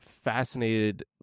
fascinated